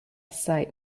sigh